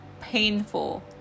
painful